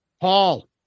Paul